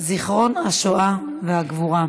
זיכרון השואה והגבורה,